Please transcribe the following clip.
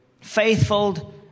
Faithful